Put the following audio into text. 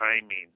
timing